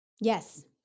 Yes